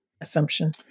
assumption